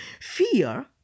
Fear